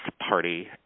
party